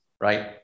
right